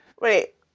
Wait